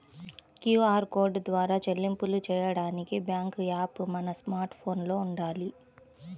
QR code ద్వారా చెల్లింపులు చెయ్యడానికి బ్యేంకు యాప్ మన స్మార్ట్ ఫోన్లో వుండాలి